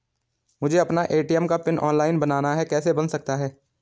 मुझे अपना ए.टी.एम का पिन ऑनलाइन बनाना है कैसे बन सकता है?